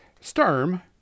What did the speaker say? Sturm